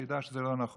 שהוא ידע שזה לא נכון.